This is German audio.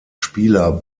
spieler